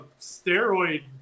steroid